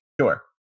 Sure